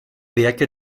werke